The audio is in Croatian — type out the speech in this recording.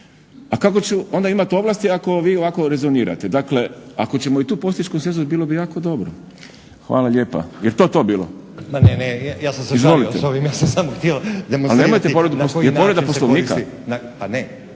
A kako ću onda imati ovlasti ako vi ovako rezonirate? Dakle, ako ćemo i tu postići konsenzus bilo bi jako dobro. Hvala lijepa. Jel' to to bilo? **Stazić, Nenad (SDP)** Ma ne, ne ja sam samo htio demonstrirati **Šprem, Boris (SDP)**